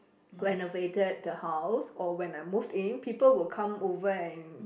renovated the house or when I moved in people will come over and